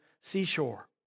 seashore